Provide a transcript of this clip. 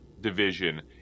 division